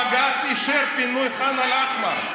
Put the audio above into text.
בג"ץ אישר את פינוי ח'אן אל-אחמר.